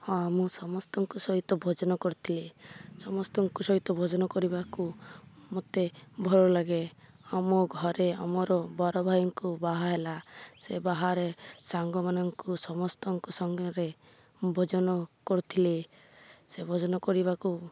ହଁ ମୁଁ ସମସ୍ତଙ୍କ ସହିତ ଭୋଜନ କରିଥିଲି ସମସ୍ତଙ୍କ ସହିତ ଭୋଜନ କରିବାକୁ ମୋତେ ଭଲ ଲାଗେ ଆମ ଘରେ ଆମର ବଡ଼ ଭାଇଙ୍କୁ ବାହା ହେଲା ସେ ବାହାରେ ସାଙ୍ଗମାନଙ୍କୁ ସମସ୍ତଙ୍କ ସାଙ୍ଗରେ ଭୋଜନ କରୁଥିଲେ ସେ ଭୋଜନ କରିବାକୁ